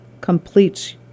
completes